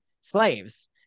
slaves